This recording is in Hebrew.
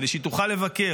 כדי שהיא תוכל לבקר.